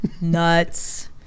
nuts